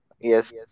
Yes